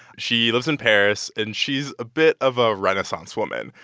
she lives in paris, and she's a bit of a renaissance woman.